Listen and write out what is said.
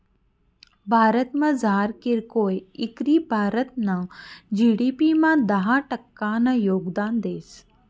भारतमझार कीरकोय इकरी भारतना जी.डी.पी मा दहा टक्कानं योगदान देस